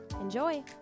Enjoy